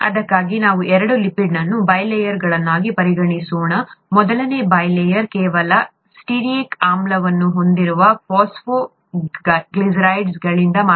ಅದಕ್ಕಾಗಿ ನಾವು ಎರಡು ಲಿಪಿಡ್ ಬೈ-ಲೇಯರ್ಗಳನ್ನು ಪರಿಗಣಿಸೋಣ ಮೊದಲ ಬೈ-ಲೇಯರ್ ಕೇವಲ ಸ್ಟಿಯರಿಕ್ ಆಮ್ಲವನ್ನು ಹೊಂದಿರುವ ಫಾಸ್ಫೋಗ್ಲಿಸರೈಡ್ಗಳಿಂದ ಮಾಡಲ್ಪಟ್ಟಿದೆ ಸರಿ C18